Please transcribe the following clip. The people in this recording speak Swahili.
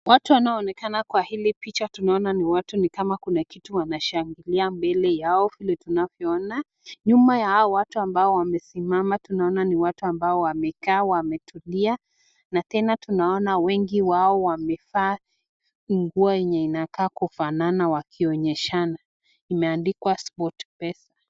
Watu wanaonekana kwa hili picha tunaona ni watu ni kama kuna kitu wanashangilia mbele yao . Vile tunavyoona , nyuma ya hawa watu ambao wamesimama, tunaona ni watu ambao wamekaa wametulia, na tena tunaona wengi wao wamevaa nguo enye inakaa kufanana wakionyeshana, imeandikwa sportpesa.